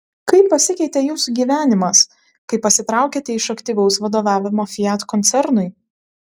kaip pasikeitė jūsų gyvenimas kai pasitraukėte iš aktyvaus vadovavimo fiat koncernui